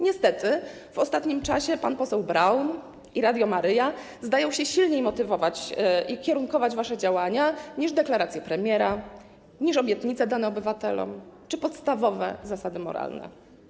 Niestety w ostatnim czasie pan poseł Braun i Radio Maryja zdają się silniej motywować i ukierunkowywać wasze działania niż deklaracje premiera, niż obietnice dane obywatelom czy podstawowe zasady moralne.